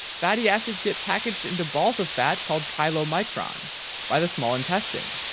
fatty acids get packaged into balls of fat called chylomicrons by the small intestine.